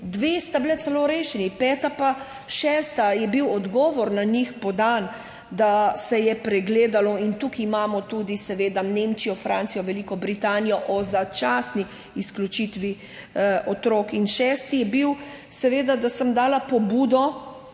Dve sta bili celo rešeni, peta pa šesta, je bil odgovor na njih podan, da se je pregledalo. Tukaj imamo seveda tudi Nemčijo, Francijo, Veliko Britanijo o začasni izključitvi otrok. In šesti je bil, seveda, da sem dala pobudo,